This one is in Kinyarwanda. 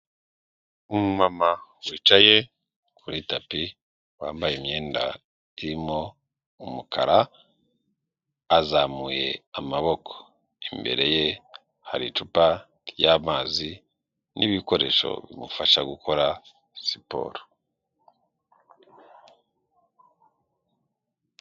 Umumama wicaye kuri tapi, wambaye imyenda irimo umukara, azamuye amaboko, imbere ye hari icupa ry'amazi n'ibikoresho bimufasha gukora siporo.